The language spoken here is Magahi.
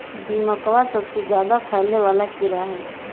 दीमकवा सबसे ज्यादा फैले वाला कीड़ा हई